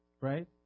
right